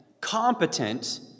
competent